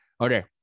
Okay